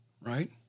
right